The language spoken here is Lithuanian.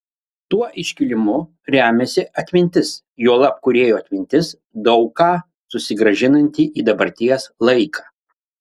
tuo iškilimu remiasi atmintis juolab kūrėjo atmintis daug ką susigrąžinanti į dabarties laiką